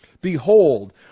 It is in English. Behold